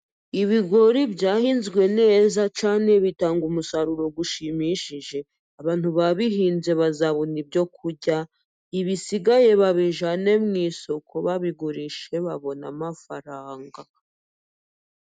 Ibigori byahinzwe neza cyane bitanga umusaruro ushimishije. Abantu babihinze bazabona ibyo kurya, ibisigaye babijyane mu isoko, babigurishe babone amafaranga.